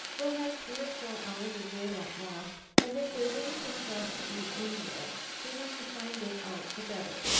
we'll have three or four hours of daylight left, and if there's anything for us to eat anywhere sooner we find it out the better.